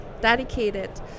dedicated